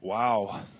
Wow